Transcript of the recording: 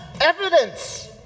evidence